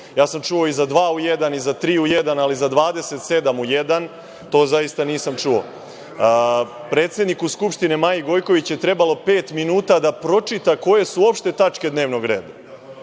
Čuo sam i za dva u jedan i za tri u jedan, ali za 27 u jedan, to zaista nisam čuo. Predsedniku Skupštine, Maji Gojković je trebalo pet minuta da pročita koje su uopšte tačke dnevnog reda,